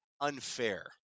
unfair